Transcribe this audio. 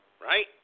right